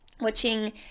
watching